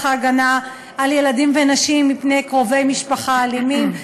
ההגנה על ילדים ונשים מפני קרובי משפחה אלימים.